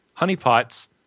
honeypots